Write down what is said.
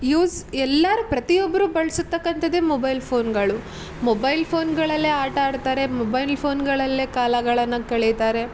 use ಎಲ್ಲರೂ ಪ್ರತಿಯೊಬ್ಬರೂ ಬಳಸ್ತಕ್ಕಂಥದ್ದೇ ಮೊಬೈಲ್ ಫೋನ್ಗಳು ಮೊಬೈಲ್ ಫೋನ್ಗಳಲ್ಲೇ ಆಟ ಆಡ್ತಾರೆ ಮೊಬೈಲ್ ಫೋನ್ಗಳಲ್ಲೇ ಕಾಲಗಳನ್ನು ಕಳಿತಾರೆ